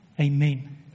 Amen